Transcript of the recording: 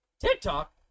TikTok